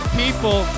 people